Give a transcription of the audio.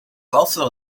also